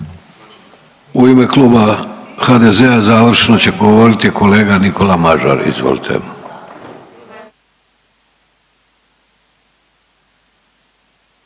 U ime Kluba HDZ-a završno će govoriti kolega Nikola Mažar, izvolite.